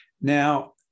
Now